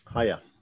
Hiya